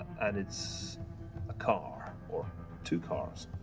and it's a car, or two cars.